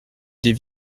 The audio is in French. des